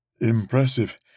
Impressive